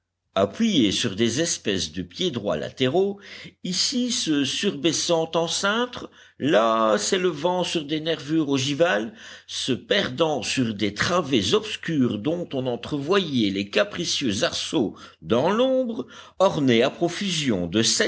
appuyée sur des espèces de pieds droits latéraux ici se surbaissant en cintres là s'élevant sur des nervures ogivales se perdant sur des travées obscures dont on entrevoyait les capricieux arceaux dans l'ombre ornée à profusion de